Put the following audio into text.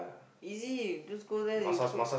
easy just go there then you put